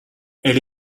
elle